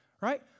Right